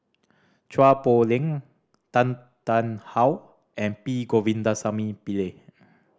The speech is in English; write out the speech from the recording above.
Chua Poh Leng Tan Tarn How and P Govindasamy Pillai